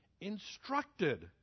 instructed